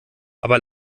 aber